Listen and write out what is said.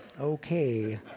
Okay